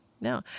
no